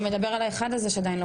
אתה מדבר על האחד הזה שעדיין לא קורה.